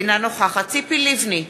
אינה נוכחת ציפי לבני,